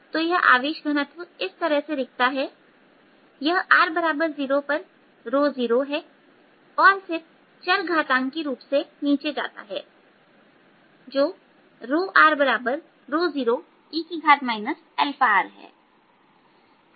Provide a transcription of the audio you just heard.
तो यह आवेश घनत्व इस तरह से दिखता है यह r0 पर 0 है और फिर चरघातांक रूप से नीचे जाता है जो 0e αrहै